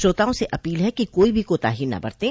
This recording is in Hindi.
श्रोताओं से अपील है कि कोई भी कोताही न बरतें